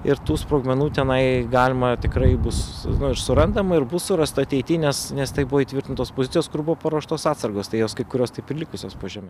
ir tų sprogmenų tenai galima tikrai bus nu ir surandama ir bus surasta ateity nes nes tai buvo įtvirtintos pozicijos kur buvo paruoštos atsargos tai jos kai kurios taip ir likusios po žeme